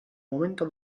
momento